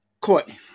Courtney